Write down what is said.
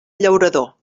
llaurador